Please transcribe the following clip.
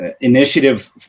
initiative